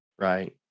Right